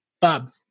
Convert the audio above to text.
Bob